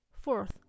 Fourth